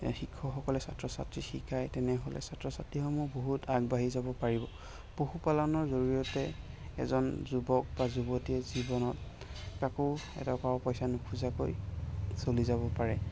শিক্ষকসকলে ছাত্ৰ ছাত্ৰীক শিকায় তেনেহ'লে ছাত্ৰ ছাত্ৰীসমূহ বহুত আগবাঢ়ি যাব পাৰিব পশু পালনৰ জৰিয়তে এজন যুৱক বা যুৱতীয়ে জীৱনত কাকো এটকাও পইচা নুখোজাকৈ চলি যাব পাৰে